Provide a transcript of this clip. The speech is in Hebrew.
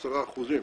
ל-10 אחוזים.